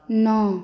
नओ